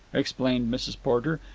explained mrs. porter.